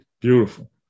Beautiful